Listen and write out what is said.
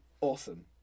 Awesome